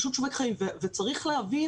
פשוט שובק חיים וצריך להבין